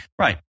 right